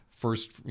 first